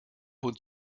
und